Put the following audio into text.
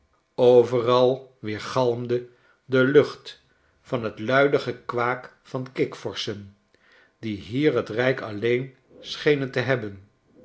overal weergalmde de lucht van t luidegekwaak derkikvorschen die hier het rijk alleen schenen te hebben